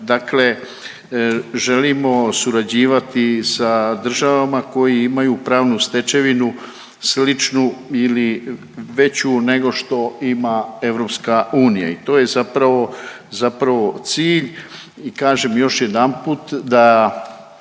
Dakle, želimo surađivati sa državama koji imaju pravnu stečevinu sličnu ili veću nego što ima EU i to je zapravo, zapravo cilj i kažem još jedanput da